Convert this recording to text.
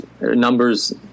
numbers